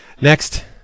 Next